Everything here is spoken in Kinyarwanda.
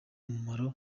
umumaro